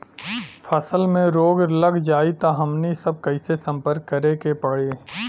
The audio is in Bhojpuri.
फसल में रोग लग जाई त हमनी सब कैसे संपर्क करें के पड़ी?